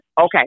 Okay